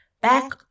back